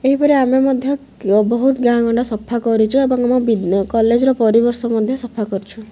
ଏହିପରି ଆମେ ମଧ୍ୟ ବହୁତ ଗାଁ ଗଣ୍ଡା ସଫା କରିଛୁ ଏବଂ ଆମ ବି କଲେଜ୍ର ପରିବେଶ ମଧ୍ୟ ସଫା କରିଛୁ